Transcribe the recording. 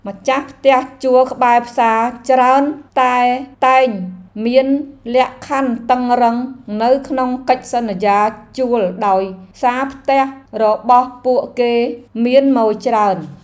ម្ចាស់ផ្ទះជួលក្បែរផ្សារច្រើនតែតែងមានលក្ខខណ្ឌតឹងរ៉ឹងនៅក្នុងកិច្ចសន្យាជួលដោយសារផ្ទះរបស់ពួកគេមានម៉ូយច្រើន។